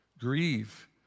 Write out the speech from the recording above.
grieve